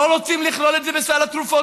לא רוצים לכלול את זה בסל הבריאות,